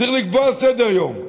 צריך לקבוע סדר-יום.